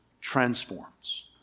transforms